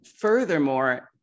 Furthermore